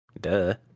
duh